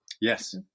Yes